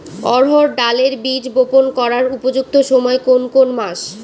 অড়হড় ডালের বীজ বপন করার উপযুক্ত সময় কোন কোন মাস?